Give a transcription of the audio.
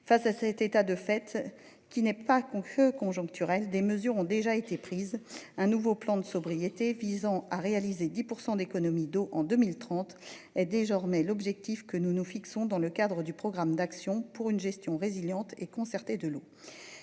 Face à cet état de fait qui n'est pas cons feu conjoncturelle des mesures ont déjà été prises. Un nouveau plan de sobriété visant à réaliser 10% d'économie d'eau en 2030 est désormais l'objectif que nous nous fixons dans le cadre du programme d'action pour une gestion résiliente et concertée de l'eau.